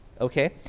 Okay